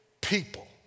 people